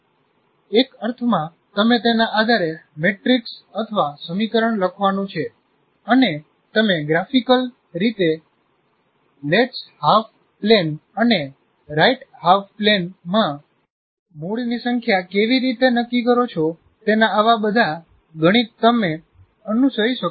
એક અર્થમાં તમે તેના આધારે મેટ્રિક્સ અથવા સમીકરણ લખવાનું છે અને તમે ગ્રાફિકલ રીતે લેફ્ટ હાલ્ફ પ્લેન અને રાઈટ હાફ પ્લેનમાં મૂળની સંખ્યા કેવી રીતે નક્કી કરો છો તેના આવા બધા ગણિત તમે અનુસરી શકો છો